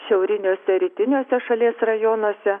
šiauriniuose rytiniuose šalies rajonuose